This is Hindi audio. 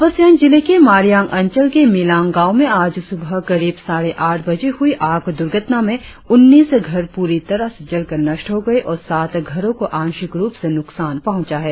अपर सियांग जिले के मारियांग अंचल के मिलांग गांव में आज सुबह करीब साढ़े आठ बजे हुई आग दुर्घटना में उन्नीस घर पूरी तरह से जलकर नष्ट हो गए और सात घरों को आशिक रुप से नुकसान पहुंचा है